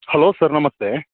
hello sir ನಮಸ್ತೆ